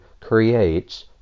creates